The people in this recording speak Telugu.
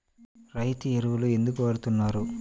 రైతు ఎరువులు ఎందుకు వాడుతున్నారు?